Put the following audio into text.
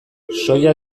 soja